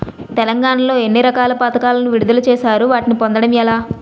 తెలంగాణ లో ఎన్ని రకాల పథకాలను విడుదల చేశారు? వాటిని పొందడం ఎలా?